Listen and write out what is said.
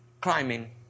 climbing